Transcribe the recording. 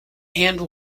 and